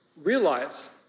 realize